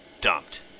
dumped